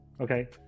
okay